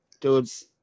Dudes